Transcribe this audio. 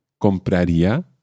compraría